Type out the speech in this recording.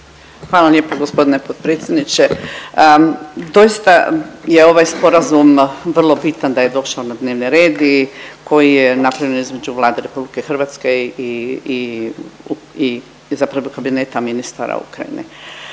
vam lijepa gospodine potpredsjedniče. Doista je ovaj sporazum vrlo bitan da je došao na dnevni red i koji je napravljen između Vlade RH i zapravo kabineta ministara Ukrajine.